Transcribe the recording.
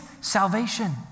salvation